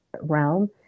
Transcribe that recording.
realm